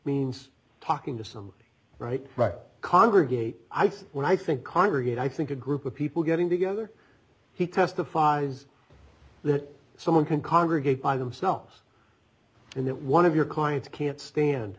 means talking to somebody right but congregate i think when i think congregate i think a group of people getting together he testifies that someone can congregate by themselves and that one of your clients can't stand